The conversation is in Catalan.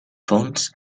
fons